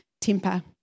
temper